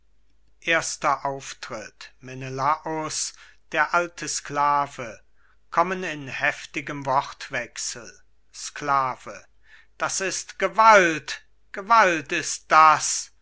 erster auftritt menelaus der alte sklave kommen in heftigen wortwechsel sklave das ist gewalt gewalt ist das